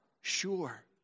sure